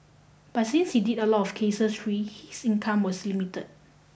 but since he did a lot of cases free his income was limited